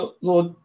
Lord